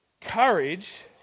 courage